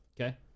Okay